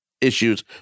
issues